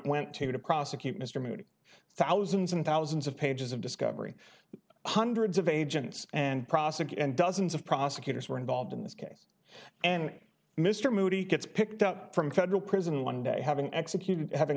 went to to prosecute mr moody thousands and thousands of of pages covering hundreds of agents and prosecute and dozens of prosecutors were involved in this case and mr moody gets picked up from federal prison one day having executed having